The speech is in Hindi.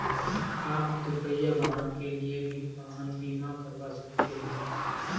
आप दुपहिया वाहन के लिए भी वाहन बीमा करवा सकते हैं